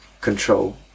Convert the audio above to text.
control